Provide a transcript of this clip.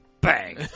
bang